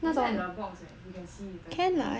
inside the box eh you can see later if you want